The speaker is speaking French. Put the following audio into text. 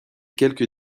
quelque